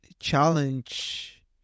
challenge